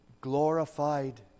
glorified